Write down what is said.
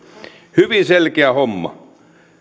hyvin selkeä homma